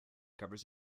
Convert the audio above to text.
covers